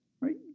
right